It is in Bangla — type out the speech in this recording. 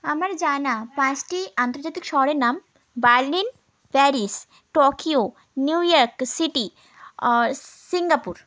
আমার জানা পাঁচটি আন্তর্জাতিক শহরের নাম Berlin Paris Tokyo New York city Singapore